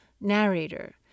narrator